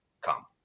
come